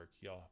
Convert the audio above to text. y'all